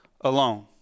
alone